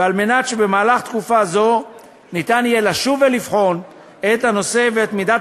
ועל מנת שבמהלך תקופה זו ניתן יהיה לשוב ולבחון את הנושא ואת מידת